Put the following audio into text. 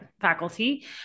faculty